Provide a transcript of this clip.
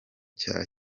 cya